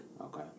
Okay